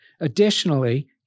Additionally